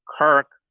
Kirk